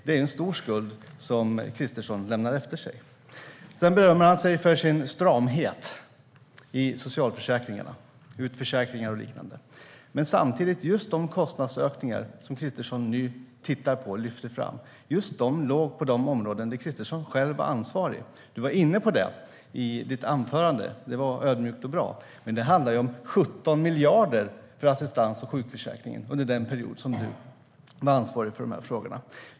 Det är en stor skuld som Kristersson lämnar efter sig. Sedan berömmer han sig för sin stramhet i socialförsäkringarna, med utförsäkringar och liknande. Men samtidigt låg just de kostnadsökningar som Kristersson nu lyfter fram på de områden där han själv var ansvarig. Du, Ulf Kristersson, var inne på detta i ditt anförande. Det var ödmjukt och bra. Men det handlar om 17 miljarder för assistans och sjukförsäkring under den period som du var ansvarig för dessa frågor.